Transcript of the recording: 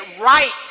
right